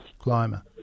climber